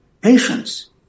patience